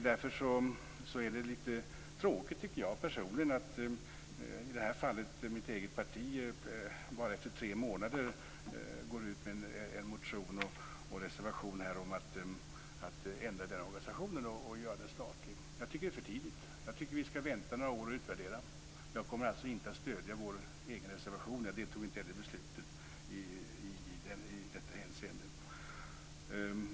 Därför är det lite tråkigt, tycker jag personligen, att i det här fallet mitt eget parti bara efter tre månader går ut med en motion och reservation om att ändra den organisationen och göra den statlig. Jag tycker att det är för tidigt. Jag tycker att vi skall vänta några år och utvärdera. Jag kommer alltså inte att stödja vår egen reservation. Jag deltog heller inte i beslutet i detta hänseende.